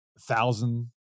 thousand